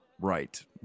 right